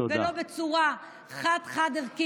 ולא בצורה חד-חד-ערכית,